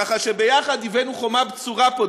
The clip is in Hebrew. ככה שביחד הבאנו חומה בצורה פה.